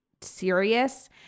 serious